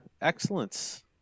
excellence